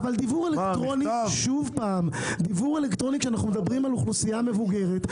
כשאנחנו מדברים על אוכלוסייה מבוגרת,